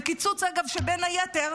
זהו קיצוץ, אגב, שבין היתר